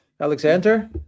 Alexander